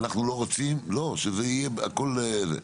לא, שזה יהיה הכל זה.